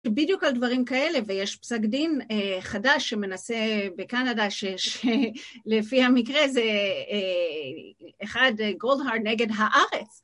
בדיוק על דברים כאלה ויש פסק דין חדש שמנסה בקנדה שלפי המקרה זה אחד גולדהארד נגד הארץ.